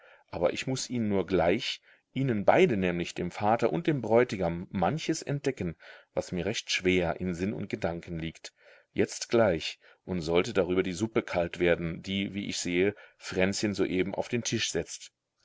aber ich muß ihnen nur gleich ihnen beiden nämlich dem vater und dem bräutigam manches entdecken was mir recht schwer in sinn und gedanken liegt jetzt gleich und sollte darüber die suppe kalt werden die wie ich sehe fränzchen soeben auf den tisch setzt